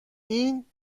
این